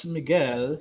Miguel